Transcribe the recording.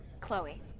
Chloe